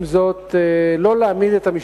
עם זאת,